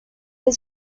yıl